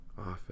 often